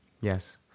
Yes